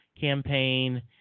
campaign